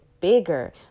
bigger